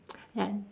ya